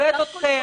נכבד אתכם,